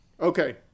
Okay